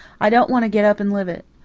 i don't want to get up and live it.